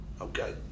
Okay